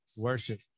worship